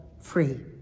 free